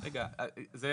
אני מבקשת --- גברתי,